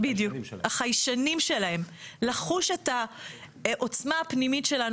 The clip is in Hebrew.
החיישנים שלהם של העוצמה הפנימית שלהם,